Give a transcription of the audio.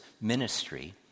ministry